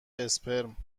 اسپرم